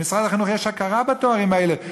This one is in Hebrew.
למשרד החינוך יש הכרה בתארים האלה,